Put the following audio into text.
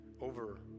over